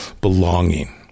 belonging